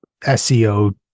SEO